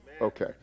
Okay